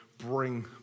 bring